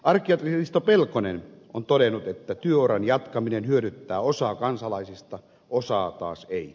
arkkiatri risto pelkonen on todennut että työuran jatkaminen hyödyttää osaa kansalaisista osaa taas ei